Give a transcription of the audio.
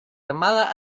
armada